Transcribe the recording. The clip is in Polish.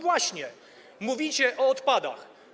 Właśnie, mówicie o odpadach.